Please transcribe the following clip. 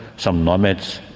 some nomads,